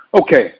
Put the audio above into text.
Okay